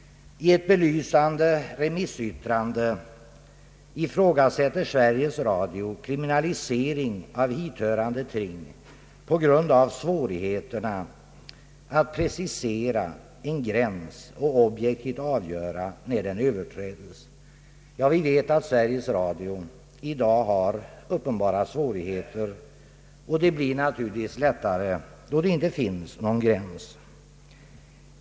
I ett belysande remissyttrande ifrågasätter Sveriges Radio kriminalisering av hithörande ting på grund av svårigheterna att precisera en gräns och objektivt avgöra, när den överträds. Ja, vi vet att Sveriges Radio har uppenbara svårigheter i dag. Det blir lättare, då det inte finns någon gräns!